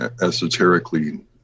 esoterically